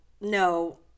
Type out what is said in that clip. no